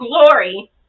glory